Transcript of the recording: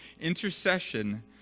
Intercession